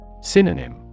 Synonym